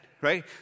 right